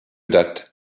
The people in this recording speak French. date